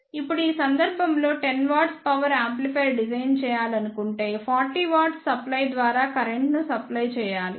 ఇప్పుడు ఈ సందర్భంలో 10 W పవర్ యాంప్లిఫైయర్ డిజైన్ చేయాలనుకుంటే 40 W సప్ప్లై ద్వారా కరెంట్ ను సప్ప్లై చేయాలి